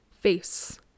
face